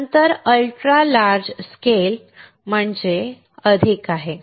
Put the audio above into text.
नंतर ultra large scale अधिक आहे